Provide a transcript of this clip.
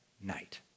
night